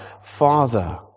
Father